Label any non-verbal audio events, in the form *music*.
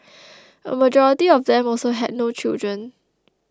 *noise* a majority of them also had no children